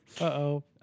Uh-oh